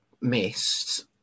missed